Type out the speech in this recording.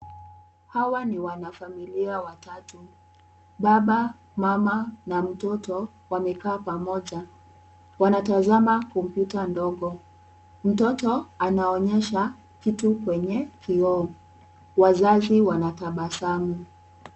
Hawa ni wanafamilia watatu. Baba, Mama, na mtoto wamekaa pamoja. Wanatazama kompyuta ndogo. Mtoto anaonyesha kitu kwenye kioo. Wazazi wanatabasamu.